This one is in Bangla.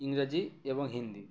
ইংরেজি এবং হিন্দি